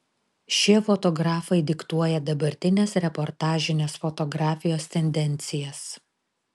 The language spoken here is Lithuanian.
šie fotografai diktuoja dabartinės reportažinės fotografijos tendencijas